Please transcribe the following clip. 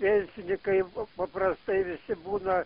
jei ji kaip paprastai visi būna